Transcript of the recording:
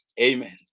Amen